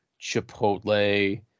chipotle